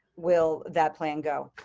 will that plan go